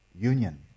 union